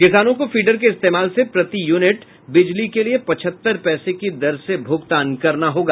किसानों को फीडर के इस्तेमाल से प्रति यूनिट बिजली के लिए पचहत्तर पैसे की दर से भूगतान करना होगा